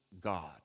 God